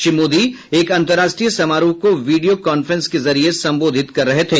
श्री मोदी एक अंतरराष्ट्रीय समारोह को वीडियो कांफ्रेंस के जरिये संबोधित कर रहे थे